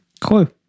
Cool